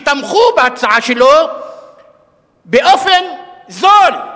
כשהם תמכו בהצעה שלו באופן זול.